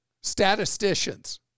Statisticians